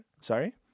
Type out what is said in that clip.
Sorry